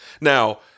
Now